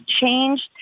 changed